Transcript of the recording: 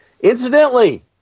Incidentally